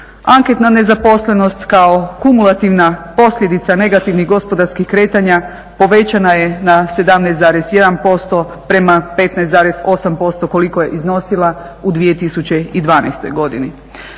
anketna nezaposlenost kao kumulativna posljedica negativnih gospodarskih kretanja povećana je na 17,1% prema 15,8% koliko je iznosila u 2012. godini.